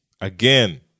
again